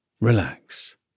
relax